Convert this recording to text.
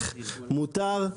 להבנתך, מותר,